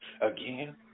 again